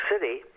city